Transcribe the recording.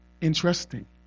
interesting